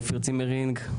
אופיר צימרינג,